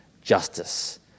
justice